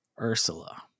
Ursula